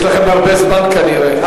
חבר'ה, יש לכם הרבה זמן, כנראה.